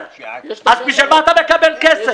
בשביל מה אתה מקבל כסף?